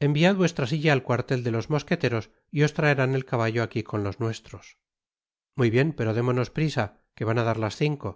enviad vuestra silla al cuartet de tos mosqueteros y os traerán el caballo aqu con tos nuestros muy bien pero démonos prisa que van á dar las cinco